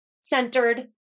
centered